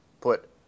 put